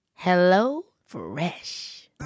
HelloFresh